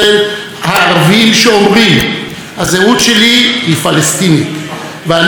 היא פלסטינית ואני חלק בלתי נפרד ממדינת ישראל,